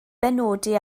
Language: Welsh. benodi